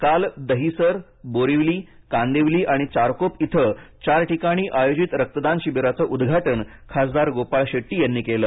काल दहिसर बोरिवली कांदिवली आणि चारकोप इथं चार ठिकाणी आयोजित रक्तदान शिबिरांचं उद्दघाटन खासदार गोपाळ शेट्टी यांनी केलं